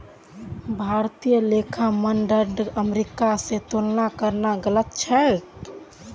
भारतीय लेखा मानदंडक अमेरिका स तुलना करना गलत छेक